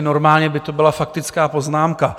Normálně by to byla faktická poznámka.